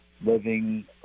living